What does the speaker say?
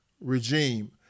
regime